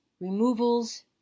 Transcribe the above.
removals